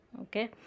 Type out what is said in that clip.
Okay